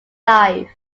life